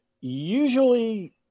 Usually